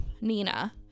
Nina